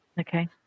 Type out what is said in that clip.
Okay